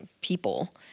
people